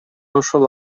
ошол